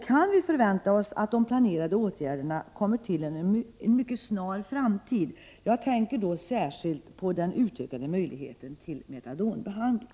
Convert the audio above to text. Kan vi förvänta oss att de planerade åtgärderna kommer till inom en mycket snar framtid? Jag tänker då särskilt på den utökade möjligheten till metadonbehandling.